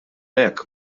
hekk